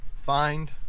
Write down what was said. find